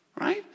Right